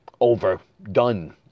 overdone